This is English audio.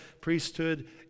priesthood